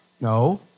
No